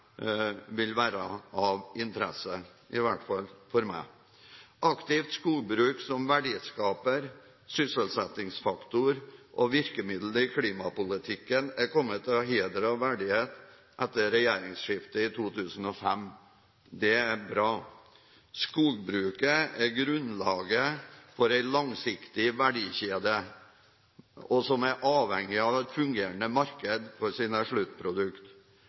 interesse – i hvert fall for meg. Aktivt skogbruk som verdiskaper, sysselsettingsfaktor og virkemiddel i klimapolitikken er kommet til heder og verdighet etter regjeringsskiftet i 2005. Det er bra. Skogbruket er grunnlaget for en langsiktig verdikjede, og er avhengig av et fungerende marked for sine